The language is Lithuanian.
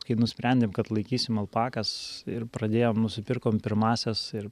kai nusprendėm kad laikysim alpakas ir pradėjom nusipirkom pirmąsias ir